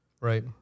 Right